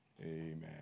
Amen